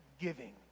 giving